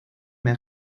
mehr